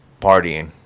partying